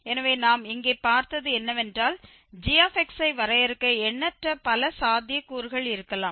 எனவே நாம் இங்கே பார்த்தது என்னவென்றால் gஐ வரையறுக்க எண்ணற்ற பல சாத்தியக்கூறுகள் இருக்கலாம்